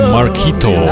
Marquito